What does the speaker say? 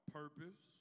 purpose